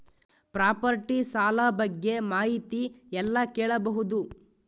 Property ಸಾಲ ಬಗ್ಗೆ ಮಾಹಿತಿ ಎಲ್ಲ ಕೇಳಬಹುದು?